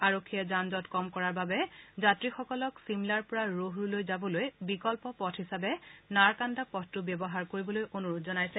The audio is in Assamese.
আৰক্ষীয়ে যান জট কম কৰাৰ বাবে যাত্ৰীসকলক ছিমলাৰ পৰা ৰোহৰুলৈ যাবলৈ বিকল্প পথ হিচাপে নাৰকাণ্ডা পথটো ব্যৱহাৰ কৰিবলৈ অনুৰোধ জনাইছে